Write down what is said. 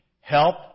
Help